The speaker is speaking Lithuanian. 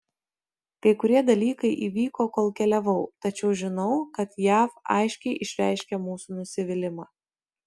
kai kurie dalykai įvyko kol keliavau tačiau žinau kad jav aiškiai išreiškė mūsų nusivylimą